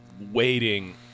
waiting